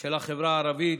של החברה הערבית